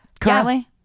currently